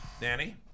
Danny